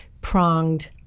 pronged